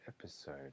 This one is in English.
episode